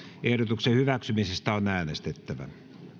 ehdotuksen hyväksymisestä on äänestettävä